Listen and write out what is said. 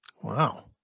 Wow